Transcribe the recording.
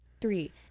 three